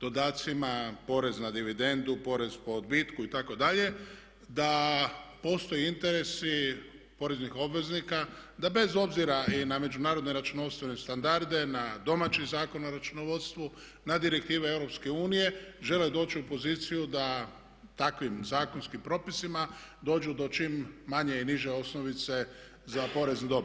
dodacima, porez na dividendu, porez po odbitku itd. da postoje interesi poreznih obveznika da bez obzira i na međunarodne računovodstvene standarde, na domaći Zakon o računovodstvu, na direktive EU žele doći u poziciju da takvim zakonskim propisima dođu do čim manje i niže osnovice za porez na dobit.